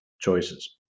choices